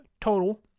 total